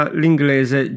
l'inglese